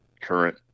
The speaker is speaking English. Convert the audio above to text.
current